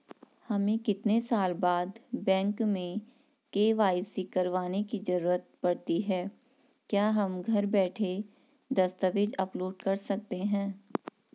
हमें कितने साल बाद बैंक में के.वाई.सी करवाने की जरूरत पड़ती है क्या हम घर बैठे दस्तावेज़ अपलोड कर सकते हैं?